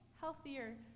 healthier